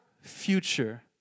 future